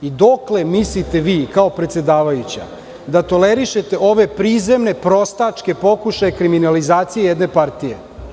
Dokle mislite vi kao predsedavajuća da tolerišete ove prizemne, prostačke pokušaje kriminalizacije jedne partije?